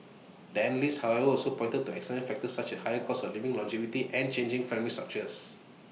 the analysts however also pointed to external factors such as the higher cost of living longevity and changing family structures